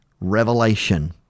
revelation